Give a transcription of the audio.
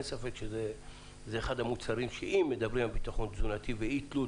אין ספק שאם מדברים על ביטחון תזונתי ואי תלות